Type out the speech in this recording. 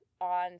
on